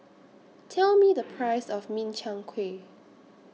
Tell Me The Price of Min Chiang Kueh